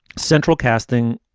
central casting,